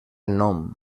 nom